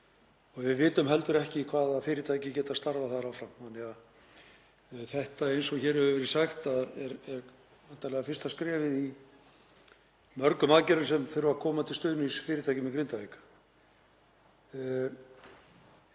Við vitum heldur ekki hvaða fyrirtæki geta starfað þar áfram. Þetta er, eins og hér hefur verið sagt, væntanlega fyrsta skrefið í mörgum aðgerðum sem þurfa að koma til til stuðnings fyrirtækjum í Grindavík.